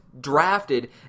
drafted